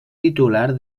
titular